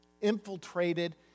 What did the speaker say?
infiltrated